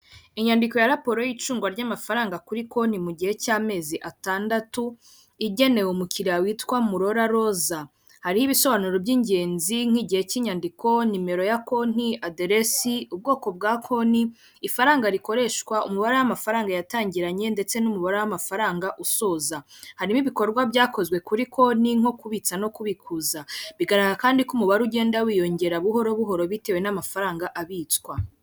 Inyandiko ya raporo y'icungwa ry'amafaranga kuri konti mu gihe cy'amezi atandatu igenewe umukiriya witwa Murora Roza hariho ibisobanuro by'ingenzi nk'igihe cy'inyandiko, nimero ya konti, aderesi, ubwoko bwa konti, ifaranga rikoreshwa, umubare w'amafaranga yatangiranye ndetse n'umubare w'amafaranga usoza, harimo ibikorwa byakozwe kuri konti nko kubitsa no kubikuza bigaragara kandi ko umubare ugenda wiyongera buhoro buhoro bitewe n'amafaranga abitswa.